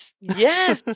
yes